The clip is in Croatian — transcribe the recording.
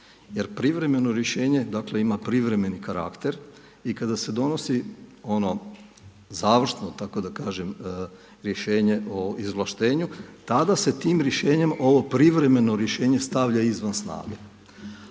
Jer privremeno rješenje, dakle ima privremeni karakter i kada se donosi ono završno, tako da kažem rješenje o izvlaštenju tada se tim rješenjem ovo privremeno rješenje stavlja izvan snage.